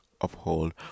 uphold